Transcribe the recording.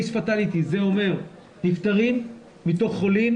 דהיינו הנפטרים מתוך חולים,